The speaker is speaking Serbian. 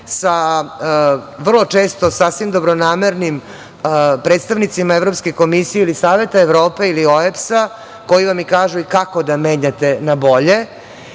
sa vrlo često sasvim dobronamernim predstavnicima Evropske komisije ili Saveta Evrope ili EOBS-a, koji vam i kažu kako da menjate na bolje. Moguće